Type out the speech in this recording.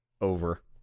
over